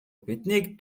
биднийг